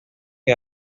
que